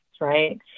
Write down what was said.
right